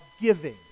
giving